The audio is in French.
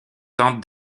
tente